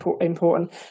important